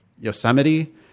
Yosemite